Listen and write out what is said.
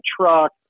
truck